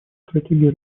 стратегии